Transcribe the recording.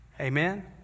Amen